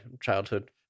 childhood